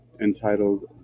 entitled